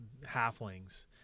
halflings